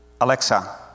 Alexa